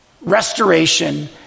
restoration